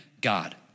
God